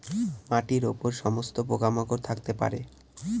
মাটির উপর সমস্ত পোকা মাকড় থাকতে পারে